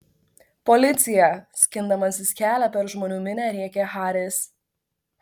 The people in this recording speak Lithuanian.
policija skindamasis kelią per žmonių minią rėkė haris